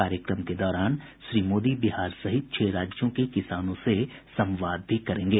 कार्यक्रम के दौरान श्री मोदी बिहार सहित छह राज्यों के किसानों से संवाद भी करेंगे